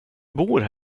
bor